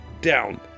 down